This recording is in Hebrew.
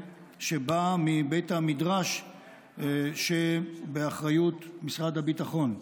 שבאים מבית המדרש שבאחריות משרד הביטחון,